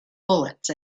bullets